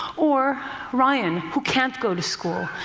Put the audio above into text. or ryan, who can't go to school,